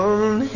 One